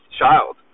child